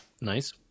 nice